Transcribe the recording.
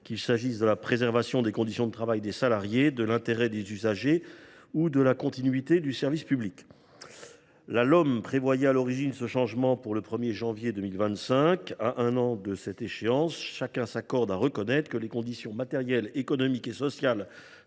qu’il s’agisse de la préservation des conditions de travail des salariés, de l’intérêt des usagers ou de la continuité du service public. La LOM prévoyait à l’origine ce changement pour le 1 janvier 2025. À un an de l’échéance, chacun s’accorde à le reconnaître, les conditions matérielles, économiques et sociales